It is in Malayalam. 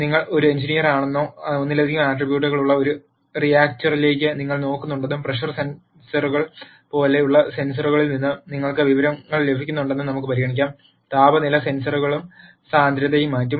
നിങ്ങൾ ഒരു എഞ്ചിനീയറാണെന്നും ഒന്നിലധികം ആട്രിബ്യൂട്ടുകളുള്ള ഒരു റിയാക്ടറിലേക്ക് നിങ്ങൾ നോക്കുന്നുണ്ടെന്നും പ്രഷർ സെൻസറുകൾ പോലുള്ള സെൻസറുകളിൽ നിന്ന് നിങ്ങൾക്ക് വിവരങ്ങൾ ലഭിക്കുന്നുണ്ടെന്നും നമുക്ക് പരിഗണിക്കാം താപനില സെൻസറുകളും സാന്ദ്രതയും മറ്റും